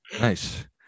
Nice